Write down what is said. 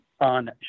on